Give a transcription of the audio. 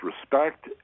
respect